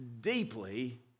deeply